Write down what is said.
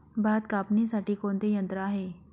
भात कापणीसाठी कोणते यंत्र आहे?